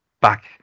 back